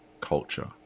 culture